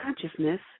consciousness